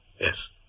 Yes